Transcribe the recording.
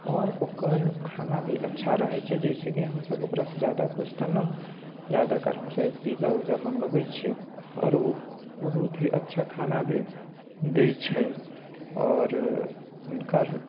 आओर ओकर खाना भी अच्छा रहै छै जाहिसे कि हम सभ ओकरासँ जादा कुछ तऽ न जादातर हम सभ पिज्जा उजा मंगबै छियै आओर ओ बहुत ही अच्छा खाना भी दै छै आओर हुनकर